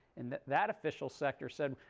and that that official sector said,